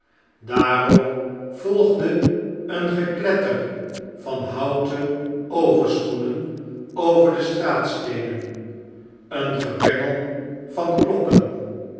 daarop volgde een gekletter van houten overschoenen over de straatsteenen een gebengel van klokken